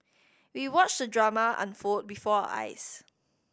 we watched the drama unfold before our eyes